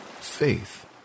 faith